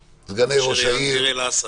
ראש עיריית דיר אל אסד.